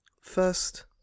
first